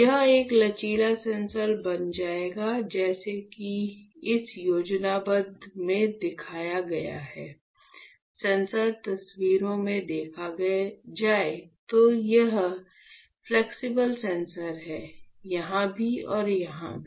यह एक लचीला सेंसर बन जाएगा जैसा कि इस योजनाबद्ध में दिखाया गया है सेंसर तस्वीरों में देखा जाए तो यह फ्लेक्सिबल सेंसर है यहां भी और यहां भी